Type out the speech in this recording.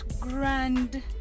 grand